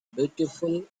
beautiful